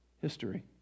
history